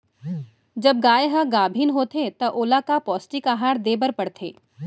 जब गाय ह गाभिन होथे त ओला का पौष्टिक आहार दे बर पढ़थे?